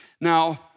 Now